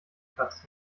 platz